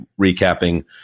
recapping